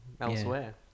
elsewhere